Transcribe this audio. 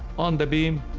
on the beam.